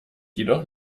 jedoch